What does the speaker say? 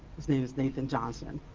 his name is nathan johnson.